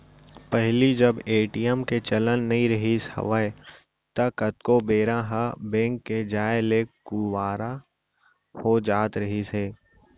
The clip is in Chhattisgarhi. पहिली जब ए.टी.एम के चलन नइ रिहिस हवय ता कतको बेरा ह बेंक के जाय ले खुवार हो जात रहिस हे